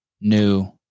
new –